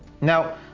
Now